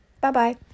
Bye-bye